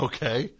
Okay